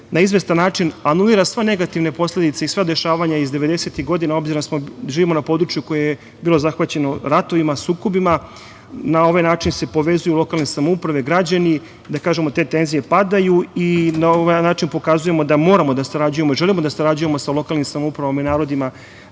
na izvestan način anuliraju sve negativne posledice i sva dešavanja iz 90-ih godina, obzirom da živimo na području koje je bilo zahvaćeno ratovima, sukobima. Na ovaj način se povezuju lokalne samouprave, građani, da kažemo, te tenzije padaju i na ovaj način pokazujemo da moramo da sarađujemo i želimo da sarađujemo sa lokalnim samoupravama i narodima